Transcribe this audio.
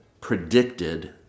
predicted